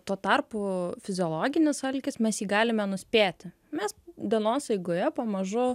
tuo tarpu fiziologinis alkis mes jį galime nuspėti mes dienos eigoje pamažu